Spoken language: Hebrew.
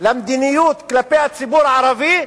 למדיניות כלפי הציבור הערבי,